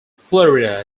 florida